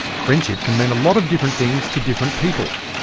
friendship can mean a lot of different things to different people.